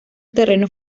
terrenos